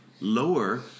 lower